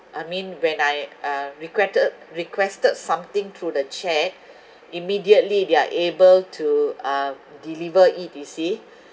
I mean when I uh requested requested something through the chat immediately they are able to um deliver it you see